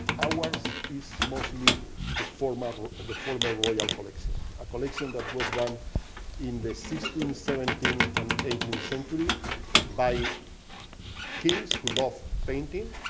ours is mostly the former and former royal collection, a collection that was done in the sixteenth, seventeenth and eighteenth centuries by kings who loved painting,